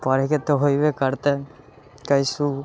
पढ़ैके तऽ होबे करतै कैसहुँ